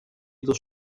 dos